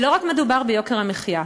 ולא מדובר רק ביוקר המחיה.